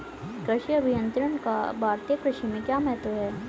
कृषि अभियंत्रण का भारतीय कृषि में क्या महत्व है?